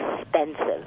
expensive